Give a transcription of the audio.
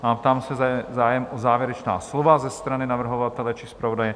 Ptám se, zda je zájem o závěrečná slova ze strany navrhovatele či zpravodaje?